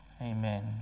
Amen